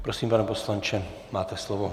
Prosím, pane poslanče, máte slovo.